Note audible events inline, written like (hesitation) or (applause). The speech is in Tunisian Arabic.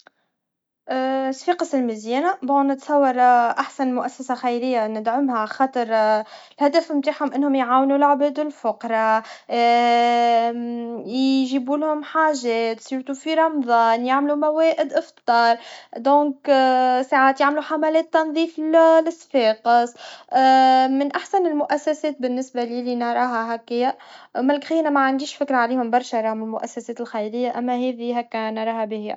الصفاقص المزيانا, نتصور أحسم مؤسسا خيريا ندعمها خاطر الهدف متاعهم انهم يعاونوا العباد الفقرا, و (hesitation) يجيبولهم حاجات خاصةً في رمضان, يعملوا موائد إفطار, لذلك ساعات يعملوا حملات تنظيق ل- الصفاقس, من أحسن االمؤسسات بالنسبا ليلي, نراها هكيا, أمما الآخرين معنديش فكرا عليهم برشا, راهم المؤسسات الخيريا, أما هذي نراها باهيا.